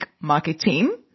Marketing